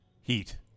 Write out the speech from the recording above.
Heat